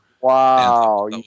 Wow